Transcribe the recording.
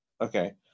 Okay